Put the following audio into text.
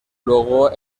luego